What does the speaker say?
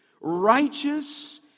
Righteous